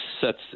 sets